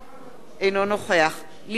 אינו נוכח לימור לבנת,